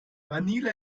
manila